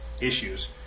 issues